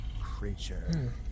creature